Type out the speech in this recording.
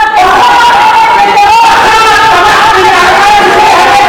מה קשור הדלק